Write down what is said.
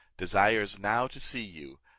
desires now to see you,